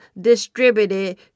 distributed